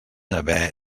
haver